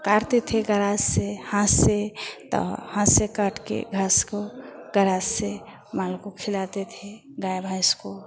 काटते थे गरास से हाथ से तो हाथ से काट के घाँस को गरास से माल को खिलाते थे गाय भैंस को